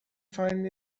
find